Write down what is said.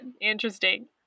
interesting